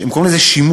הם קוראים לזה שימוט,